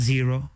Zero